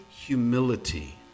humility